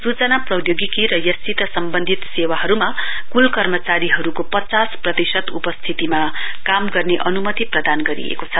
सूचना प्रौद्योगिकी र यससित सम्वन्धित सेवाहरूमा कुल कर्मचारीहरूको पचास प्रतिशत उपस्थितीमा काम गर्ने अमुमति प्रदान गरिएको छ